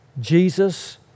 Jesus